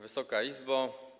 Wysoka Izbo!